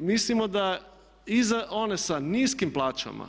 Mislimo da iza one sa niskim plaćama